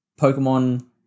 Pokemon